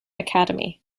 academy